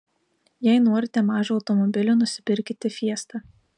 jei norite mažo automobilio nusipirkite fiesta